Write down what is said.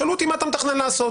שאלו אותי מה אני מתכנן לעשות.